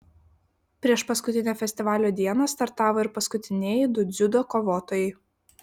priešpaskutinę festivalio dieną startavo ir paskutinieji du dziudo kovotojai